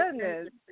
goodness